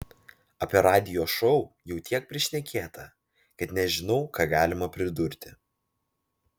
apie radijo šou jau tiek prišnekėta kad nežinau ką galima pridurti